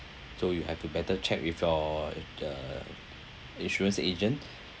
so you have to better check with your the insurance agent